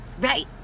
right